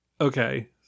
Okay